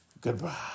Goodbye